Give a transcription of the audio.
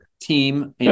team